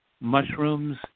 mushrooms